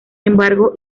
embargo